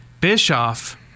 Bischoff